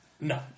No